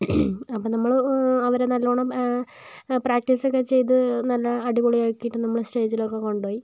അപ്പോൾ നമ്മള് അവരെ നല്ലോണം പ്രാക്ടിസൊക്കെ ചെയ്ത് നല്ല അടിപൊളിയാക്കിയി നമ്മള് സ്റ്റേജിലൊക്കെ കൊണ്ടുപോയി